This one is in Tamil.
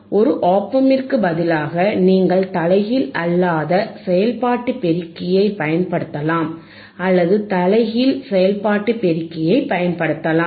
ஒரு ஒப் ஆம்பிற்கு பதிலாக நீங்கள் தலைகீழ் அல்லாத செயல்பாட்டு பெருக்கியைப் பயன்படுத்தலாம் அல்லது தலைகீழ் செயல்பாட்டு பெருக்கியைப் பயன்படுத்தலாம்